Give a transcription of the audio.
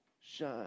shine